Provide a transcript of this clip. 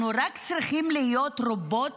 אנחנו רק צריכים להיות רובוטים,